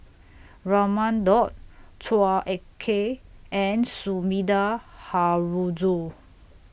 Raman Daud Chua Ek Kay and Sumida Haruzo